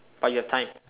but you have time